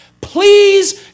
Please